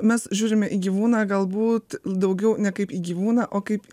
mes žiūrime į gyvūną galbūt daugiau ne kaip į gyvūną o kaip